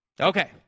Okay